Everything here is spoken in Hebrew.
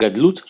גדלות האדם